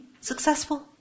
successful